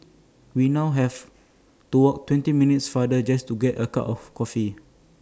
we now have to walk twenty minutes farther just to get A cup of coffee